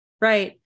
Right